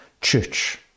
church